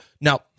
now